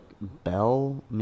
bell